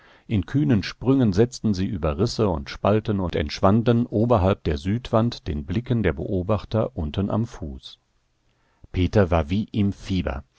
in kühnen sprüngen setzten sie über risse und spalten und entschwanden oberhalb der südwand den blicken der beobachter unten am fuß peter war wie im fieber